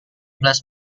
belas